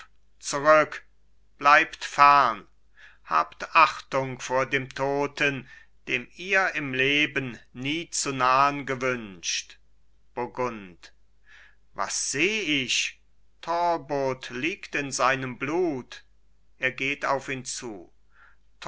zurück bleibt fern habt achtung vor dem toten dem ihr im leben nie zu nahn gewünscht burgund was seh ich talbot liegt in seinem blut er geht auf ihn zu